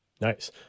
Nice